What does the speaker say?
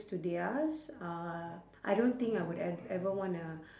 to theirs uh I don't think I would e~ ever wanna